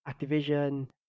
activision